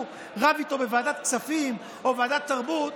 רב איתו בוועדת הכספים או ועדת תרבות,